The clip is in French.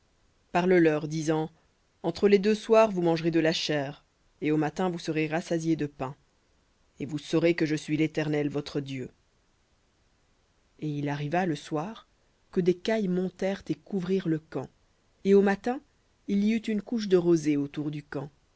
d'israël parle leur disant entre les deux soirs vous mangerez de la chair et au matin vous serez rassasiés de pain et vous saurez que je suis l'éternel votre dieu et il arriva le soir que des cailles montèrent et couvrirent le camp et au matin il y eut une couche de rosée autour du camp